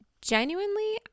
genuinely